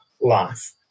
life